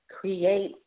create